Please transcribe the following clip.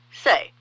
Say